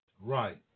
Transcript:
Right